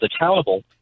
accountable